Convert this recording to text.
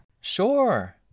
Sure